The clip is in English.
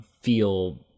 feel